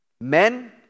Men